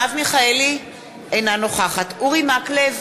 אינה נוכחת אורי מקלב,